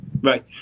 Right